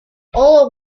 all